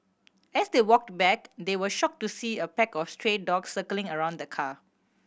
as they walked back they were shocked to see a pack of stray dogs circling around the car